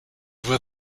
were